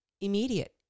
Immediate